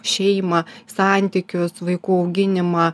šeimą santykius vaikų auginimą